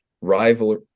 rival